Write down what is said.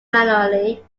manually